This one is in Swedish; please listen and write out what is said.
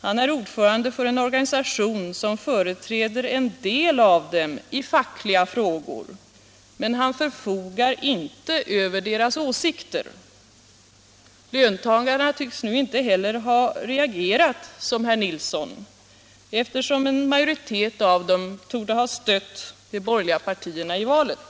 Han är ordförande för en organisation som företräder en del av dem i fackliga frågor, men han förfogar inte över deras åsikter. Löntagarna tycks nu inte heller ha reagerat som herr Nilsson, eftersom en majoritet av dem torde ha stött de borgerliga partierna i valet.